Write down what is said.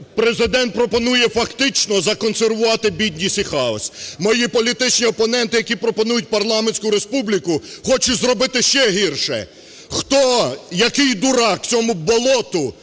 Президент пропонує фактично законсервувати бідність і хаос. Мої політичні опоненти, які пропонують парламентську республіку, хочуть зробити ще гірше. Хто, який дурак цьому болоту